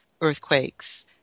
earthquakes